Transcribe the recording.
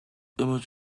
hemos